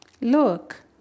Look